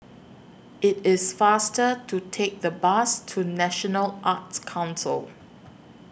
IT IS faster to Take The Bus to National Arts Council